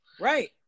right